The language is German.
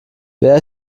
wer